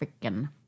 freaking